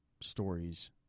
stories